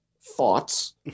thoughts